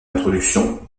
introduction